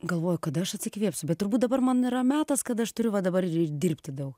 galvoju kada aš atsikvėpsiu bet turbūt dabar man yra metas kada aš turiu va dabar dirbti daug